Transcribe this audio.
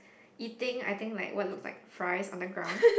eating I think like what looks like fries on the ground